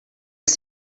ser